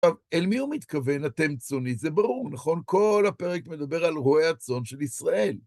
עכשיו, אל מי הוא מתכוון, אתם צוני, זה ברור, נכון? כל הפרק מדבר על רואי הצון של ישראל.